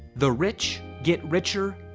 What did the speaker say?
the rich get richer,